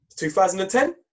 2010